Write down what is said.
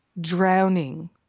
drowning